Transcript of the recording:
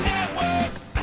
Networks